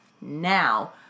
now